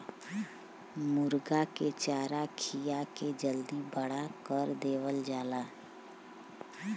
मुरगा के चारा खिया के जल्दी बड़ा कर देवल जाला